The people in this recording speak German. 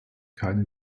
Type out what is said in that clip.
keine